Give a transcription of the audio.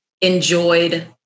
enjoyed